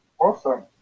Awesome